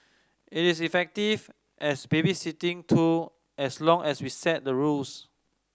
it is effective as babysitting tool as long as we set the rules